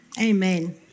Amen